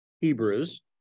Hebrews